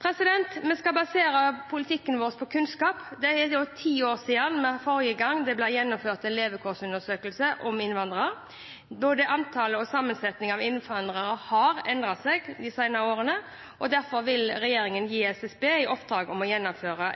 Vi skal basere vår politikk på kunnskap. Det er nå ti år siden forrige gang det ble gjennomført en levekårsundersøkelse om innvandrere. Både antall og sammensetningen av innvandrere har endret seg de senere årene. Derfor vil regjeringen gi SSB i oppdrag å gjennomføre